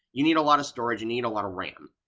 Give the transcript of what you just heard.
you need a lot of storage, you need a lot of ram.